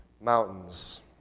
mountains